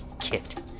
Kit